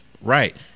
right